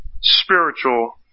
spiritual